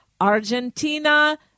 Argentina